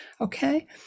Okay